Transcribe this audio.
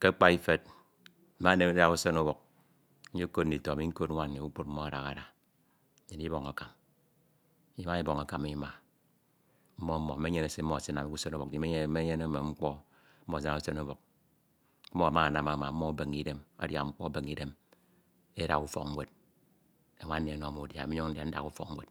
Ke akpa ifed ifed mma ndemede idap k'usen ubọk nyekod ndita mi ntod nwan mmi kpukpne mmo ada hada nnyin ibọñ atam, ima iboñ akam ima, mmọ mme menyene se esinamde usen ubọk, nnyin menyene menyene mme mkpọ mmọ esinamde usen ubọk, mmo ama anam ama, mmọ ebeñe idem adia mkpo, ebenege idem edaha ufọk ñwed, anwan nni ọmọ mi udia ami nyuñ ndia ndaha ufọk ñmed